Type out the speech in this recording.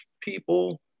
people